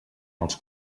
els